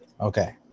okay